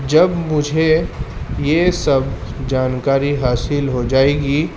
جب مجھے یہ سب جانکاری حاصل ہو جائے گی